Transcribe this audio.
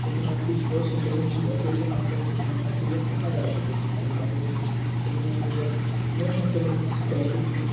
लेकिन आब किछु कऽ नहि सकैत छी अकेले हमसभ हम अकेले कहाँ जा सकैत छी कि हम अकेले कुस्ती खेल नहि पबै नहि हम अकेले कबड्डी खेल